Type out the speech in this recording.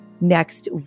next